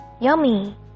yummy